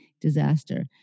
disaster